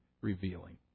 revealing